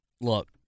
look